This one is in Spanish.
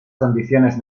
condiciones